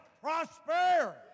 prosper